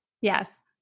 Yes